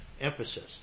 emphasis